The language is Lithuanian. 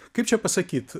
kaip čia pasakyt